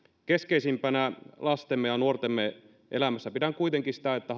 keskeisimpänä lastemme ja nuortemme elämässä pidän kuitenkin sitä että